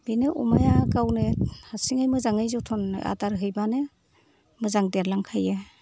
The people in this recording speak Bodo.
बेनो अमाया गावनो हारसिङै मोजाङै जथ्न आदार हैबानो मोजां देरलांखायो